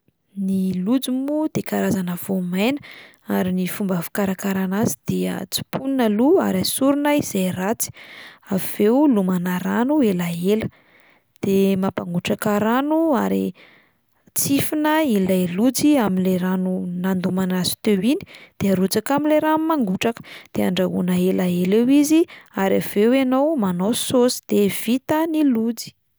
Ny lojy moa dia karazana voamaina ary ny fomba fikarakarana azy dia tsimponina aloha ary asorina izay ratsy, avy eo lomana rano elaela, de mampangotraka rano ary tsihifina ilay lojy amin'ilay rano nandomana azy teo iny de arotsaka amin'ilay rano mangotraka, de andrahoina elaela eo izy ary avy eo ianao manao saosy de vita ny lojy.